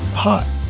Hi